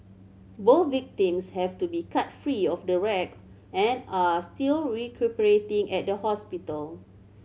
both victims have to be cut free of the wreck and are still recuperating at a hospital